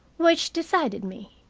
which decided me.